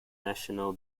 national